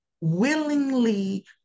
willingly